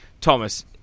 Thomas